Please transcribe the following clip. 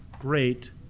great